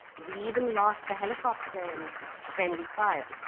we even lost a helicopter in friendly fire.